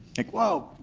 like whoa,